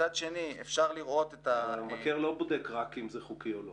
מצד שני אפשר לראות את --- המבקר לא בודק רק אם זה חוקי או לא,